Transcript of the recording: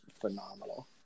phenomenal